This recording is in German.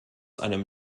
einem